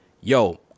yo